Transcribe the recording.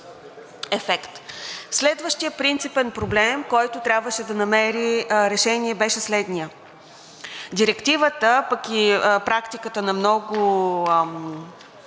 Следващият принципен проблем, който трябваше да намери решение, беше следният. Директивата, пък и практиката на много